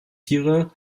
tiere